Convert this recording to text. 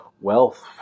wealth